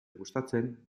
gustatzen